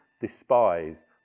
despise